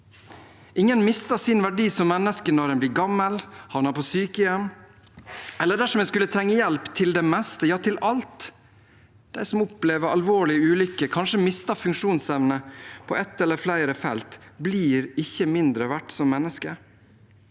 Ingen mister sin verdi som menneske når en blir gammel, havner på sykehjem eller dersom en skulle trenge hjelp til det meste, ja, til alt. De som opplever alvorlige ulykker og kanskje mister funksjonsevnen på ett eller flere felt, blir ikke mindre verdt som mennesker.